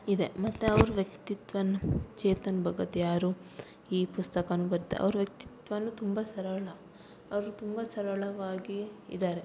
ಇದೆ ಮತ್ತು ಅವ್ರ ವ್ಯಕ್ತಿತ್ವನು ಚೇತನ್ ಭಗತ್ ಯಾರು ಈ ಪುಸ್ತಕನು ಬರೆದ ಅವ್ರ ವ್ಯಕ್ತಿತ್ವನು ತುಂಬ ಸರಳ ಅವರು ತುಂಬ ಸರಳವಾಗಿ ಇದ್ದಾರೆ